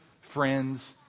friends